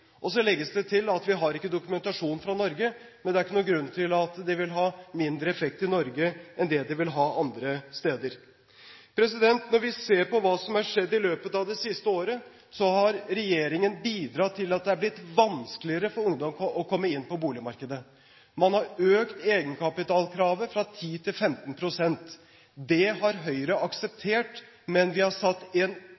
Og så legges det til at vi har ikke dokumentasjon fra Norge. Men det er ikke noen grunn til at det vil ha mindre effekt i Norge enn det det vil ha andre steder. Når vi ser på hva som er skjedd i løpet av det siste året, har regjeringen bidratt til at det er blitt vanskeligere for ungdom å komme inn på boligmarkedet. Man har økt egenkapitalkravet fra 10 til 15 pst. Det har